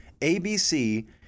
ABC